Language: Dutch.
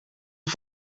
een